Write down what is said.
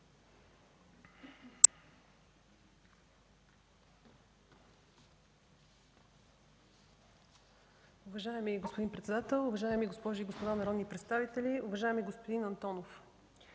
Уважаеми господин председател, дами и господа народни представители! Уважаеми господин Икономов,